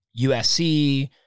USC